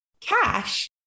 cash